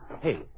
Hey